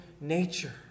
nature